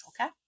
Okay